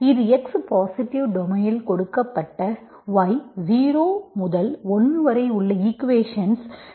இது x positive டொமைனில் கொடுக்கப்பட்ட y 0 முதல் 1 வரை உள்ள ஈக்குவேஷன்ஸ் ஜெனரல் சொலுஷன் ஆகும்